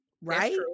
Right